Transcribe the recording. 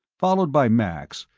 followed by max,